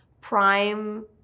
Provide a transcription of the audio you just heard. prime